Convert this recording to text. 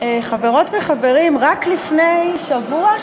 חברות וחברים, רק לפני, שבוע?